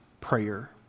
prayer